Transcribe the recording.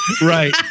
Right